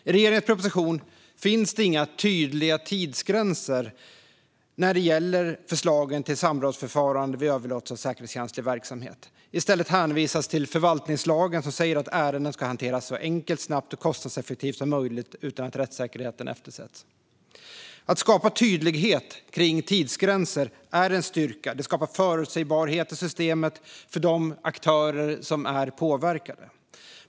I regeringens proposition finns det inga tydliga tidsgränser när det gäller förslagen till samrådsförfarande vid överlåtelser av säkerhetskänslig verksamhet. I stället hänvisas till förvaltningslagen som säger att ärenden ska hanteras så enkelt, snabbt och kostnadseffektivt som möjligt utan att rättssäkerheten eftersätts. Att skapa tydlighet kring tidsgränser är en styrka. Det skapar förutsägbarhet i systemet för de aktörer som är påverkade.